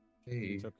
hey